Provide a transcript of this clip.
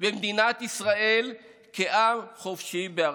במדינת ישראל כעם חופשי בארצו.